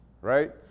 Right